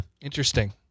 Interesting